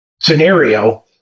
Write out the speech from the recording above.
scenario